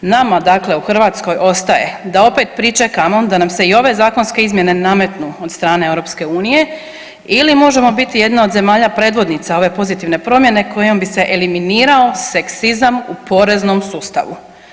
Nama dakle u Hrvatskoj ostaje da opet pričekamo da nam se i ove zakonske izmjene nametnu od strane EU ili možemo biti jedna od zemalja predvodnica ove pozitivne promjene kojom bi se eliminirao seksizam u poreznom sustavu.